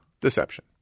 deception